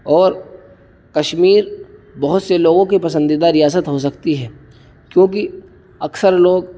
اور کشمیر بہت سے لوگوں کے پسندیدہ ریاست ہو سکتی ہے کیونکہ اکثر لوگ